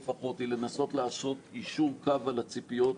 לפחות היא לנסות לעשות יישור קו על הציפיות,